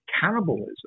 cannibalism